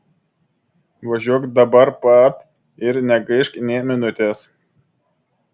važiuok dabar pat ir negaišk nė minutės